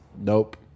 Nope